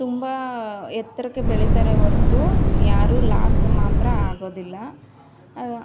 ತುಂಬ ಎತ್ತರಕ್ಕೆ ಬೆಳಿತಾರೆ ಹೊರ್ತು ಯಾರೂ ಲಾಸ್ ಮಾತ್ರ ಆಗೋದಿಲ್ಲ